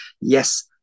yes